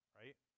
right